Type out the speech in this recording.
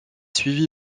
suivi